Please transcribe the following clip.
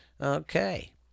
Okay